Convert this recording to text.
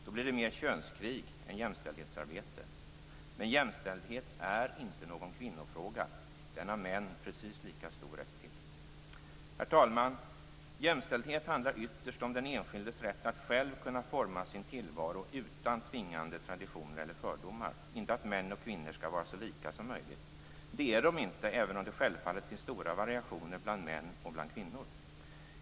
Då blir det mer könskrig än jämställdhetsarbete. Men jämställdhet är inte någon kvinnofråga - den har män precis lika stor rätt till. Herr talman! Jämställdhet handlar ytterst om den enskildes rätt att själv kunna forma sin tillvaro utan tvingande traditioner eller fördomar, inte att män och kvinnor skall vara så lika som möjligt. Det är de inte, även om det självfallet finns stora variationer bland män och bland kvinnor.